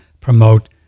promote